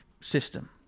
system